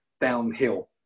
downhill